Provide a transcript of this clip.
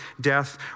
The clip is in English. death